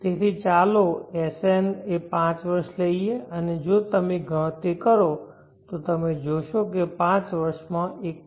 તેથી ચાલો Sn 5 વર્ષ લઈએ અને જો તમે ગણતરી કરો તો તમે જોશો કે તે પાંચ વર્ષમાં 1